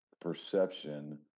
perception